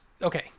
Okay